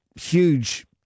huge